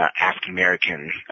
African-American